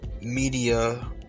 media